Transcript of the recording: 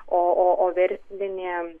o o o verslinė